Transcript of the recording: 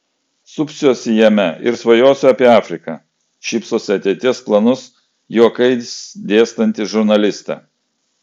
supsiuosi jame ir svajosiu apie afriką šypsosi ateities planus juokais dėstanti žurnalistė